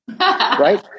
Right